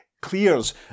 clears